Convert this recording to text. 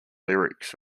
lyrics